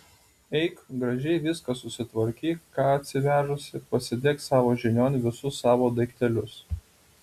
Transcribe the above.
eik gražiai viską susitvarkyk ką atsivežusi pasidėk savo žinion visus savo daiktelius